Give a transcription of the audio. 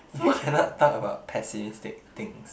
you cannot talk about pessimistic things